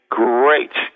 great